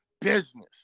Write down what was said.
business